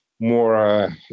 more